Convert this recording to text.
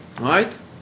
Right